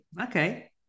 Okay